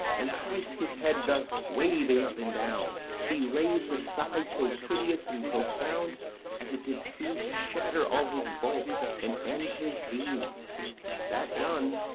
and thrice his head thus waving up and down he rais'd a sigh so piteous and profound as it did seem to shatter all his bulk and end his being that done,